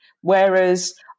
whereas